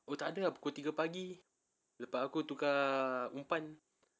oh tak ada ah pukul tiga pagi lepas aku tukar umpan